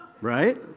Right